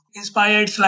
inspired